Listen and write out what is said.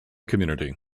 community